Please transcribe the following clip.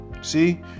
See